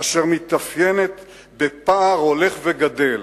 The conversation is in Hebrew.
אשר מתאפיינת בפער הולך וגדל